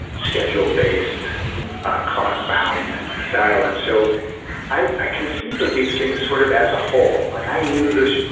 schedule based clothbound style. and so i conceive of these things sort of as a whole. like i knew this.